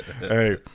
Hey